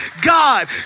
God